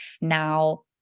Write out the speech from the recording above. Now